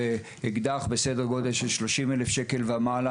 אקדח בסדר גודל של 30 אלף שקלים ומעלה